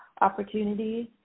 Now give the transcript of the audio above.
opportunities